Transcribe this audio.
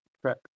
track